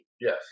Yes